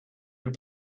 your